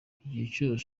igihe